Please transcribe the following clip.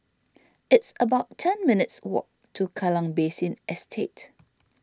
it's about ten minutes' walk to Kallang Basin Estate